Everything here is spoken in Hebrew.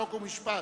חוק ומשפט.